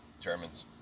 Germans